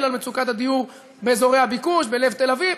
את מצוקת הדיור באזורי הביקוש בלב תל-אביב,